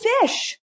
fish